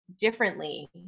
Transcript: differently